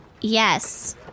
Yes